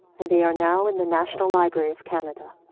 and they are now in the national library of canada.